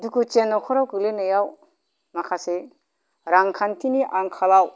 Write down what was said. दुखुथिया नखराव गोलैनायाव माखासे रांखान्थिनि आंखालाव